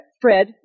Fred